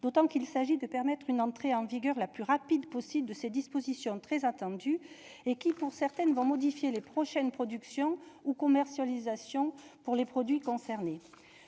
d'autant qu'il permettra l'entrée en vigueur la plus rapide possible de ces mesures très attendues, et dont certaines vont modifier les prochaines productions ou commercialisations des produits concernés.